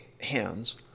hands